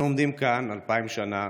אנו עומדים כאן אלפיים שנה